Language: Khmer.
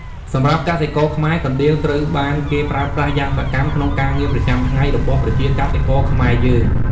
សម្រាប់កសិករខ្មែរ កណ្ដៀវ ត្រូវបានគេប្រើប្រាស់យ៉ាងសកម្មក្នុងការងារប្រចាំថ្ងៃរបស់ប្រជាកសិករខ្មែរយើង។